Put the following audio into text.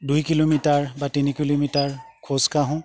দুই কিলোমিটাৰ বা তিনি কিলোমিটাৰ খোজ কাঢ়োঁ